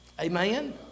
Amen